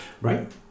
right